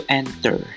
enter